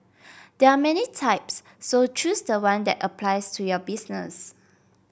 there are many types so choose the one that applies to your business